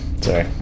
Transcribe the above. sorry